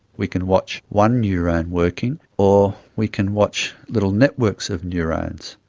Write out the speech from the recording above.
we can watch one neurone working or we can watch little networks of neurones.